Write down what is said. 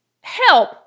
help